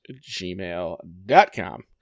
gmail.com